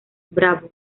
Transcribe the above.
bravo